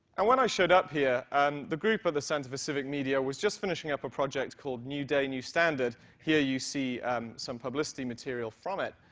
and when i showed up here, and the group for the center for civic media was just finishing up a project called new day, new standard. here you see and some publicity material from it.